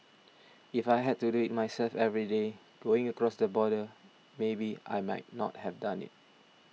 if I had to do it myself every day going across the border maybe I might not have done it